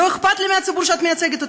לא אכפת לי מהציבור שאת מייצגת.